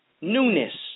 newness